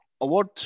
Award